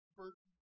first